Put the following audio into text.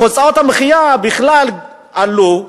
הוצאות המחיה בכלל עלו,